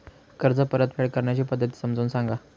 कर्ज परतफेड करण्याच्या पद्धती समजून सांगा